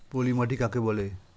পলি মাটি কাকে বলে?